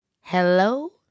Hello